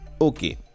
Okay